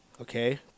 Okay